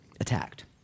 attacked